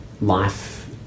life